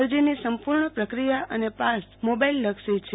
અરજીની સંપૂર્ણ પ્રક્રિયા અને પાસ મોબાઇલ લક્ષી છે